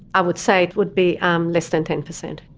i would say it would be um less than ten percent.